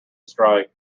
strike